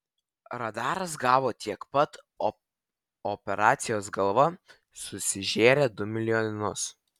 radaras gavo tiek pat o operacijos galva susižėrė du milijonus